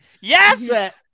Yes